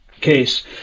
Case